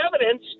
evidence